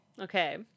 okay